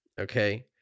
okay